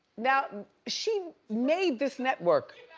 now she made this network.